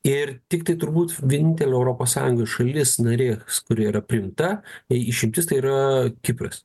ir tiktai turbūt vienintelė europos sąjungoj šalis narė kuri yra priimta tai išimtis tai yra kipras